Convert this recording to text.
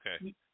Okay